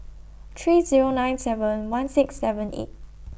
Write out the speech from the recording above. three Zero nine seven one six seven eight